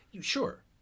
sure